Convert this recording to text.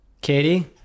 Katie